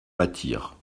battirent